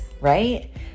right